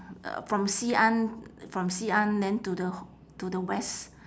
uh from xi an from xi an then to the to the west